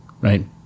right